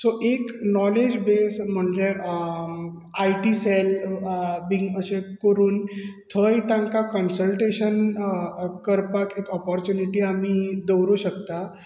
so एक knowledge base म्हणजे IT cell बी करूंन थंय तांकां कन्सलटेशन करपाक ऑपरचूनेटी आमी दवरूंक शकता